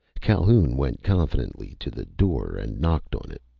calhoun went confidently to the door and knocked on it.